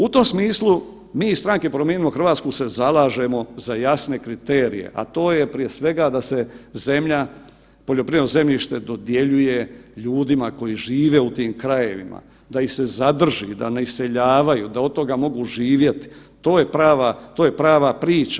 U tom smislu mi iz Stranke Promijenimo Hrvatsku se zalažemo za jasne kriterije, a to je prije svega da se zemlja, poljoprivredno zemljište dodjeljuje ljudima koji žive u tim krajevima, da ih se zadrži, da ne iseljavaju, da od toga mogu živjeti, to je prava, to je prava priča.